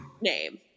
name